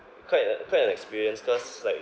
quite a quite an experience cause like